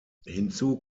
hinzu